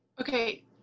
Okay